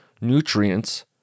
nutrients